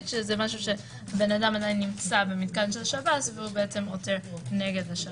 כשזה משהו שהאדם נמצא במתקן של שב"ס והוא עותר נגד השב"ס.